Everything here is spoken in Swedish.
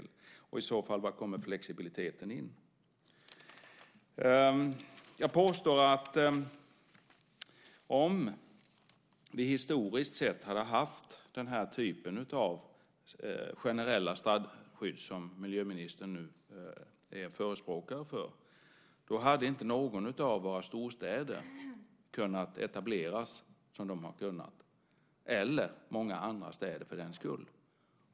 Var kommer i så fall flexibiliteten in? Jag påstår att om vi historiskt sett hade haft den typ av generella strandskydd som miljöministern nu är förespråkare för hade inte någon av våra storstäder kunnat etableras som de har kunnat eller många andra städer för den skull.